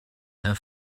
her